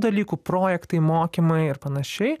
dalykų projektai mokymai ir panašiai